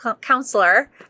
counselor